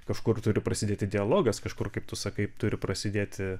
kažkur turi prasidėti dialogas kažkur kaip tu sakai turi prasidėti